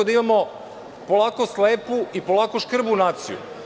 Imamo polako slepu i polako škrbu naciju.